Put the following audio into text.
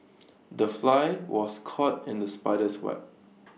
the fly was caught in the spider's web